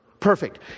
Perfect